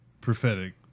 prophetic